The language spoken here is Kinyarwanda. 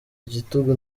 igitugu